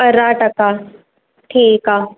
अरिड़ह टका ठीकु आहे